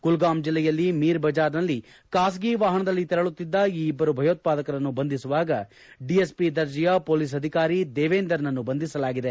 ಕುಲ್ಗಾಮ್ ಜಿಲ್ಲೆಯಲ್ಲಿ ಮೀರ್ ಬಜಾರ್ನಲ್ಲಿ ಖಾಸಗಿ ವಾಹನದಲ್ಲಿ ತೆರಳುತ್ತಿದ್ದ ಈ ಇಬ್ಬರು ಭಯೋತ್ಪಾದಕರನ್ನು ಬಂಧಿಸುವಾಗ ಡಿಎಸ್ಷಿ ದರ್ಜೆಯ ಪೊಲೀಸ್ ಅಧಿಕಾರಿ ದೇವೇಂದರ್ ನನ್ನೂ ಬಂಧಿಸಲಾಗಿದೆ